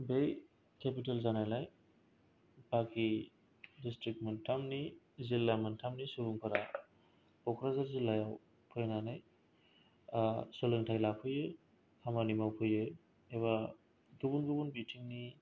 बे केपिटेल जानायलाय बाखि दिसथ्रिक मोनथामनि जिल्ला मोनथामनि सुबुंफोरा क'क्राझार जिल्लायाव फैनानै सोलोंथाय लाफैयो खामानि मावफैयो एबा गुबुन गुबुन बिथिंनि